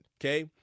okay